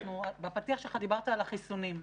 בפתיח שלך דיברת על החיסונים.